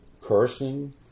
cursing